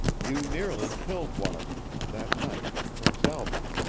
you nearly killed one of them that night at prince albert,